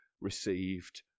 received